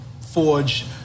forge